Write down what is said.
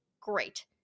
great